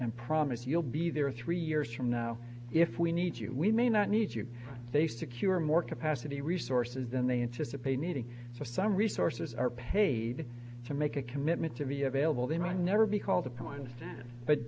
and promise you'll be there three years from now if we need you we may not need you they secure more capacity resources than they anticipate needing for some resources are paid to make a commitment to be available they might never be called upon